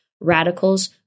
radicals